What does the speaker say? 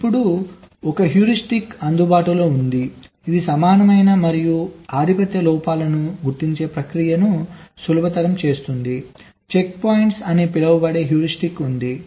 ఇప్పుడు ఒక హ్యూరిస్టిక్ అందుబాటులో ఉంది ఇది సమానమైన మరియు ఆధిపత్య లోపాలను గుర్తించే ప్రక్రియను సులభతరం చేస్తుంది చెక్ పాయింట్స్ అని పిలువబడే హ్యూరిస్టిక్ ఉంది